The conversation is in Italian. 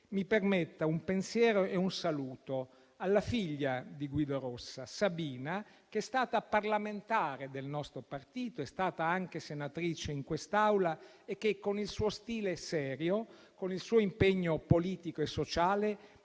mi permetta un pensiero e un saluto alla figlia di Guido Rossa, Sabina, che è stata parlamentare del nostro partito ed è stata anche senatrice in quest'Aula e che con il suo stile serio con il suo impegno politico e sociale